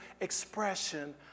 expression